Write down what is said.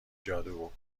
جادو